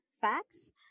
facts